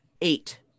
Eight